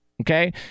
okay